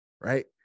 right